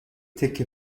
تکه